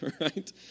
right